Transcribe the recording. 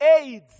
aids